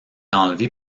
enlevée